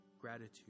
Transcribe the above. gratitude